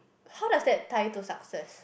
how does that tie to success